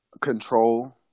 control